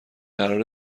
قرار